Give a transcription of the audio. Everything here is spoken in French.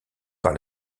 par